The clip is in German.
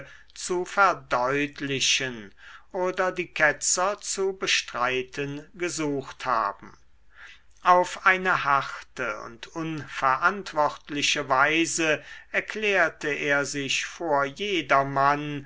zu verdeutlichen oder die ketzer zu bestreiten gesucht haben auf eine harte und unverantwortliche weise erklärte er sich vor jedermann